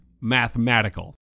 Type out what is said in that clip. mathematical